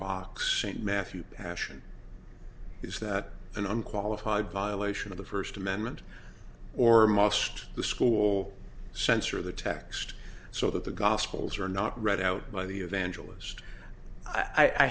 boxing matthew passion is that an unqualified violation of the first amendment or must the school censor the text so that the gospels are not read out by the evangelist i